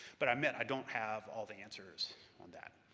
but i admit, i don't have all the answers on that,